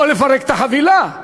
או לפרק את החבילה.